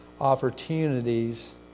opportunities